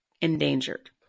Endangered